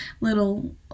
little